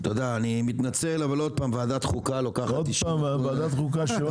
אבל ועדת החוקה לוקחת --- עוד פעם ועדת חוקה...